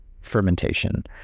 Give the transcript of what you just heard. fermentation